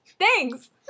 thanks